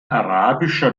arabischer